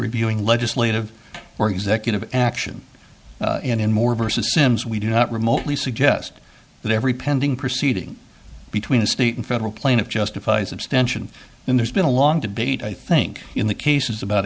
reviewing legislative or executive action in more versus sims we do not remotely suggest that every pending proceeding between a state and federal plaintiff justifies abstention then there's been a long debate i think in the cases about